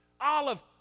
olive